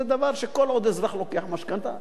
שכל עוד אזרח לוקח משכנתה,